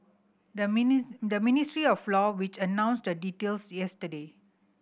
the the Ministry of Law which announced the details yesterday